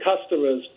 customers